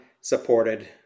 supported